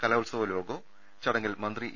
കലോത്സവ ലോഗോ ചടങ്ങിൽ മന്ത്രി ഇ